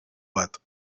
bat